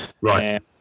Right